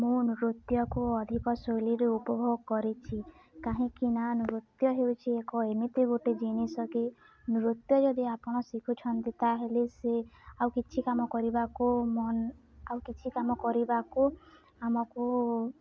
ମୁଁ ନୃତ୍ୟକୁ ଅଧିକ ଶୈଳୀରେ ଉପଭୋଗ କରିଛି କାହିଁକି ନା ନୃତ୍ୟ ହେଉଛି ଏକ ଏମିତି ଗୋଟେ ଜିନିଷ କି ନୃତ୍ୟ ଯଦି ଆପଣ ଶିଖୁଛନ୍ତି ତାହେଲେ ସେ ଆଉ କିଛି କାମ କରିବାକୁ ମନ ଆଉ କିଛି କାମ କରିବାକୁ ଆମକୁ